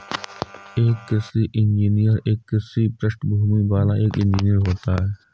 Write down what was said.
एक कृषि इंजीनियर एक कृषि पृष्ठभूमि वाला एक इंजीनियर होता है